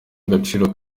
agaciro